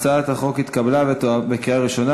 ההצעה להעביר את הצעת חוק שירותי הדת היהודיים